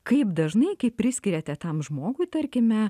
kaip dažnai kai priskiriate tam žmogui tarkime